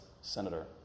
senator